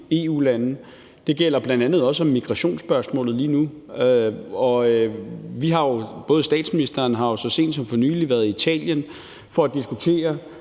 EU-lande. Det gælder bl.a. også om migrationsspørgsmålet lige nu, og statsministeren har jo så sent som for nylig været i Italien for at diskutere,